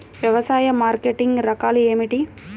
వ్యవసాయ మార్కెటింగ్ రకాలు ఏమిటి?